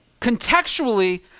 contextually